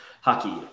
Hockey